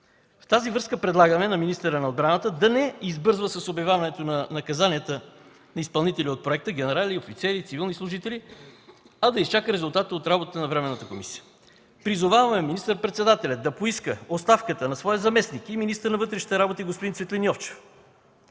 В тази връзка предлагаме на министъра на отбраната да не избързва с обявяването на наказанията на изпълнители на проекта – генерали, офицери, цивилни служители, а да изчака резултата от работата на Временната комисия. Призоваваме министър-председателят да поиска оставката на своя заместник и министър на вътрешните работи господин Цветлин Йовчев,